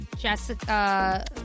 Jessica